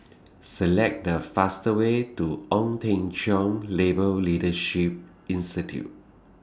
Select The fastest Way to Ong Teng Cheong Labour Leadership Institute